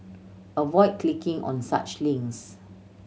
avoid clicking on such links